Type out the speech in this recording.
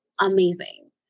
amazing